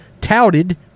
touted